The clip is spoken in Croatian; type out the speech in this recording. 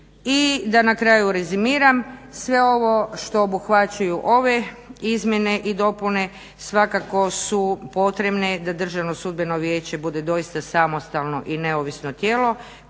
I da na kraju rezimira. Sve ovo što obuhvaćaju ove izmjene i dopune svakako su potrebne da Državno sudbeno vijeće bude samostalno i neovisno tijelo